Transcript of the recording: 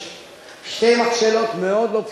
שיש שתי מכשלות מאוד לא פשוטות.